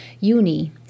Uni